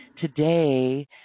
today